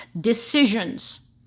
decisions